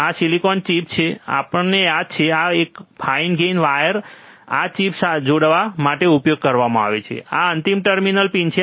આ silicon chip છે આપણને આ યાદ છે અને પછી ફાઇન ગેજ વાયર આ ચિપ જોડાવા માટે ઉપયોગ કરવામાં આવે છે માટે આ અંતિમ ટર્મિનલ પિન છે